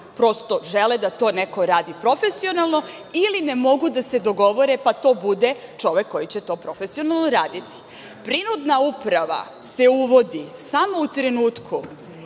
prosto, žele da to neko radi profesionalno, ili, ne mogu da se dogovore pa to bude čovek koji će to profesionalno raditi. Prinudna uprava se uvodi samo u trenutku